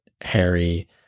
Harry